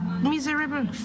Miserable